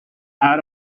out